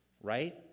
right